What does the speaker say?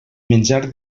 menjar